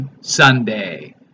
Sunday